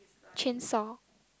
chainsaw